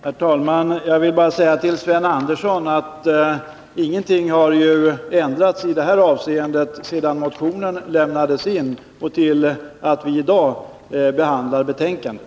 Herr talman! Jag vill bara säga till Sven Andersson att ingenting har ändrats i detta avseende under den tid som har gått sedan motionen lämnades in till dess vi i dag behandlar betänkandet.